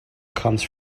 comes